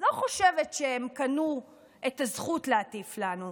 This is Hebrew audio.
לא חושבת שהם קנו את הזכות להטיף לנו.